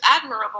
admirable